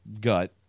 gut